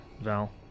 Val